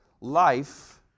life